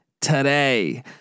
today